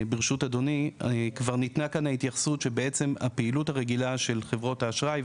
כבר ניתנה כאן ההתייחסות לכך שהפעילות הרגילה של חברות האשראי,